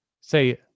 Say